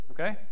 okay